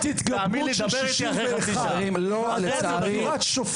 תאמין לי שאחרי חצי שעה שם אתה תדבר אחרת.